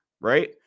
right